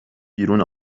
بیرون